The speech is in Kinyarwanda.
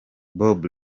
bad